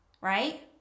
right